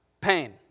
Pain